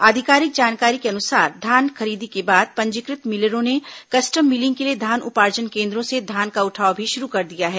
आधिकारिक जानकारी के अनुसार धान खरीदी के बाद पंजीकृत मिलरों ने कस्टम मिलिंग के लिए धान उपार्जन केन्द्रों से धान का उठाव भी शुरू कर दिया है